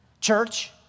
church